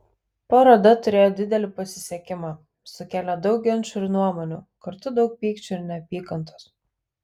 paroda turėjo didelį pasisekimą sukėlė daug ginčų ir nuomonių kartu daug pykčio ir neapykantos